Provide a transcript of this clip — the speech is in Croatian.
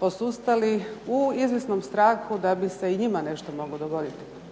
posustali u izvjesnom strahu da bi se i njima nešto moglo dogoditi.